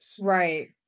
Right